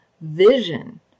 vision